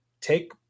take